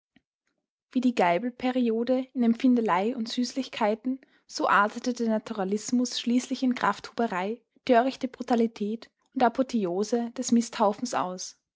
wie die geibelperiode in empfindelei und süßlichkeit so artete der naturalismus schließlich in krafthuberei törichte brutalität und apotheose des misthaufens aus